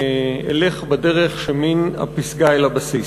ואלך בדרך שמן הפסגה אל הבסיס.